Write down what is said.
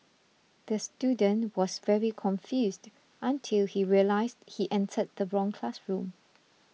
the student was very confused until he realised he entered the wrong classroom